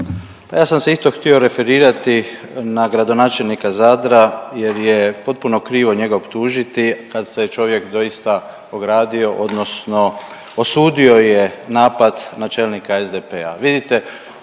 ja sam se isto htio referirati na gradonačelnika Zadra jer je potpuno krivo njega optužiti kad se čovjek doista ogradio odnosno osudio je napad na čelnika SDP-a.